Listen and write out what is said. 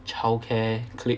childcare clique